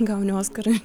gauni oskarą